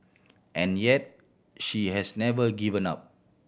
and yet she has never given up